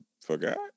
forgot